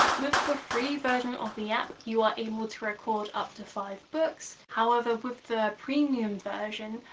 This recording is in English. with the free version of the app you are able to record up to five books. however with the premium version,